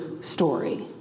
story